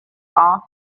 off